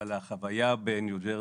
אבל החוויה בניו ג'רזי,